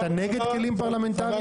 ואתה נגד כלים פרלמנטריים, איתן?